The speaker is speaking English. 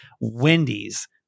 Wendy's